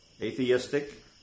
atheistic